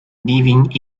living